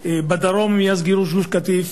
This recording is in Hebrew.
בדרום מאז גירוש גוש-קטיף,